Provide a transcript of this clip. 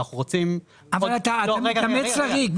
אבל אנחנו רוצים --- אבל אתה מתאמץ לריק,